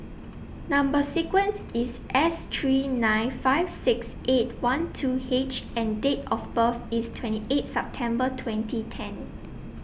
Number sequence IS S three nine five six eight one two H and Date of birth IS twenty eight September twenty ten